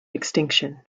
extinction